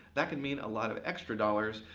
that can mean a lot of extra dollars.